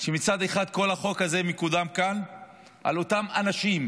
שמצד אחד כל החוק הזה מקודם כאן על אותם אנשים,